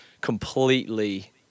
completely